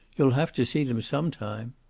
you'll have to see them some time.